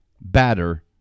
batter